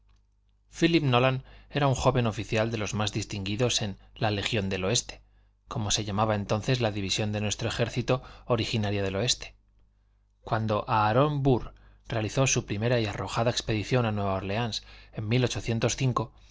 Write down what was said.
phílip nolan era un joven oficial de los más distinguidos en la legión del oeste como se llamaba entonces la división de nuestro ejército originaria del oeste cuando aarón burr realizó su primera y arrojada expedición a nueva órleans en